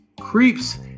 Creeps